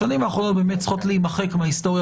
השנים האחרונות באמת צריכות להימחק מההיסטוריה